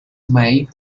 may